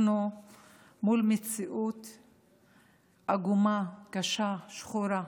אנחנו מול מציאות עגומה, קשה, שחורה.